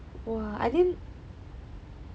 !wah! I think